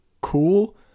cool